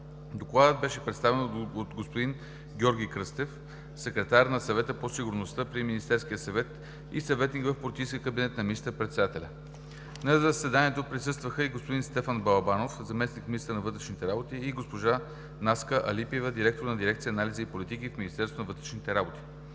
Докладът беше представен от господин Георги Кръстев – секретар на Съвета по сигурността при Министерския съвет и съветник в политическия кабинет на министър-председателя. На заседанието присъстваха и господин Стефан Балабанов – заместник-министър на вътрешните работи, и госпожа Наска Алипиева – директор на дирекция „Анализ и политики“ в Министерството на вътрешните работи.